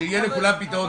שיהיה לכולם פתרון.